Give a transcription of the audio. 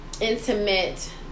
intimate